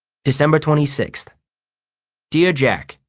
december twenty six dear jack,